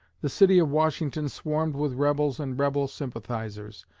the city of washington swarmed with rebels and rebel sympathizers,